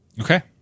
okay